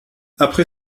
après